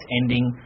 ending